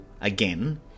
again